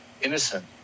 innocent